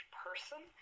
person